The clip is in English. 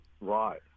Right